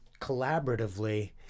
Collaboratively